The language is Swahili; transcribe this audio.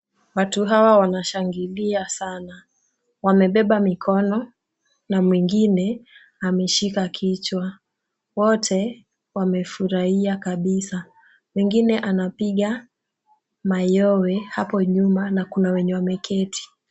Watu hawa wanashangilia sana. Wamebeba mikono na mwingine ameshika kichwa. Wote wamefurahia kabisa. Mwingine anapiga mayowe hapo nyuma na kuna wenye wameketi.